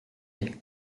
est